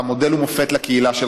אתה מודל ומופת לקהילה שלך,